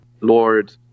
Lord